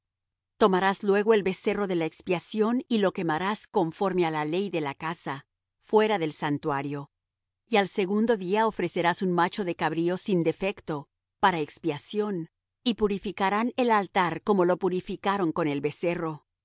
tomarás luego el becerro de la expiación y lo quemarás conforme á la ley de la casa fuera del santuario y al segundo día ofrecerás un macho de cabrío sin defecto para expiación y purificarán el altar como lo purificaron con el becerro